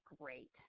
great